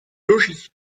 logis